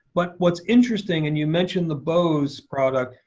but what's interesting and you mentioned the bose product,